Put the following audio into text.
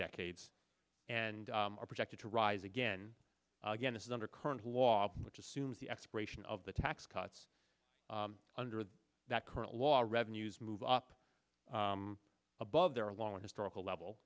decades and are projected to rise again again this is under current law which assumes the expiration of the tax cuts under that current law revenues move up above their long historical level